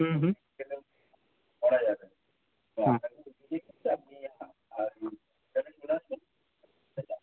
হুম হুম